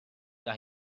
that